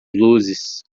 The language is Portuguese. luzes